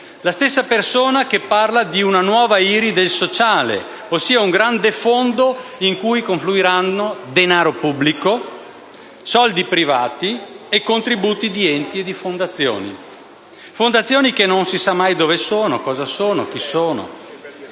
stessa persona che parla di «una nuova IRI del sociale (...)», ossia «un grande fondo in cui confluiranno denaro pubblico, soldi privati e contributi di enti e fondazioni». Fondazioni che non si sa mai dove sono, cosa sono e chi sono.